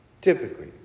Typically